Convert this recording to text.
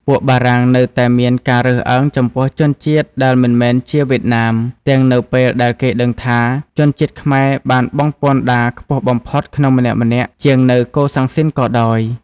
ពួកបារាំងនៅតែមានការរើសអើងចំពោះជនជាតិដែលមិនមែនជាវៀតណាម ទាំងនៅពេលដែលគេដឹងថាជនជាតិខ្មែរបានបង់ពន្ធដារខ្ពស់បំផុតក្នុងម្នាក់ៗជាងនៅកូសាំងស៊ីនក៏ដោយ។